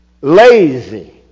Lazy